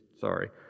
sorry